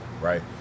right